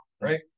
right